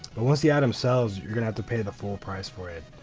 but once the item sells you're gonna have to pay the full price for it.